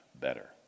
better